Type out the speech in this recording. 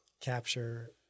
capture